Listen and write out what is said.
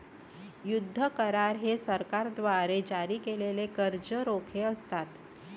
युद्ध करार हे सरकारद्वारे जारी केलेले कर्ज रोखे असतात